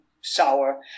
sour